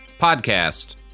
podcast